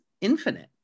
infinite